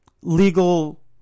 legal